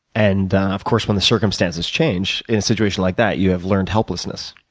and of course, when the circumstances change in s situation like that you have learned helplessness.